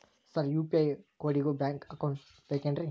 Sir UPI ಕೋಡಿಗೂ bank account ಬೇಕೆನ್ರಿ?